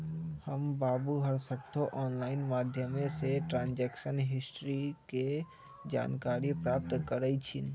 हमर बाबू हरसठ्ठो ऑनलाइन माध्यमें से ट्रांजैक्शन हिस्ट्री के जानकारी प्राप्त करइ छिन्ह